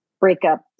breakup